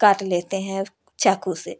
काट लेते हैं चाकू से